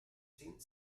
saint